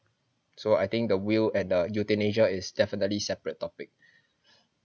so I think the will and the euthanasia is definitely separate topic